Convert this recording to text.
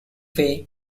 way